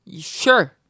Sure